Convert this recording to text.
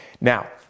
Now